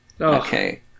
Okay